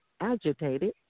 agitated